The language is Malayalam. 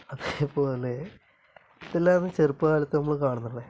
അതേപോലെ ഇതെല്ലാം ചെറുപ്പകാലത്ത് നമ്മള് കാണുന്നതല്ലേ